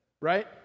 right